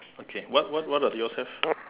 okay what what what does yours have